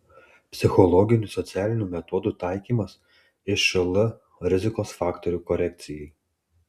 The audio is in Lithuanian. psichologinių socialinių metodų taikymas išl rizikos faktorių korekcijai